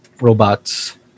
robots